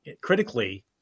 critically